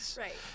right